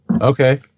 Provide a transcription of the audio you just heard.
Okay